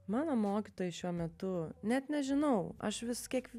mano mokytojai šiuo metu net nežinau aš vis kiek